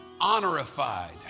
honorified